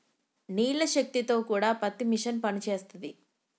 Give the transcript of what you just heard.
నీళ్ల శక్తి తో కూడా పత్తి మిషన్ పనిచేస్తది